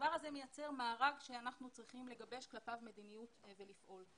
והדבר הזה מייצר מארג שאנחנו צריכים לגבש כלפיו מדיניות ולפעול.